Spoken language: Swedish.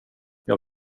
jag